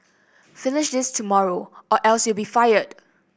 finish this tomorrow or else you'll be fired